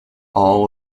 all